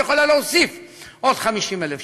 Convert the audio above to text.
והיא יכולה להוסיף עוד 50,000 שקל.